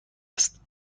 است